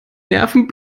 nerven